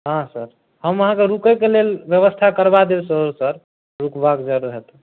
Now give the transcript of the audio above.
हँ सर हम अहाँकेँ रूकैके लेल व्यवस्था करबा देब सर रूकबा कऽ जँ रहऽ तऽ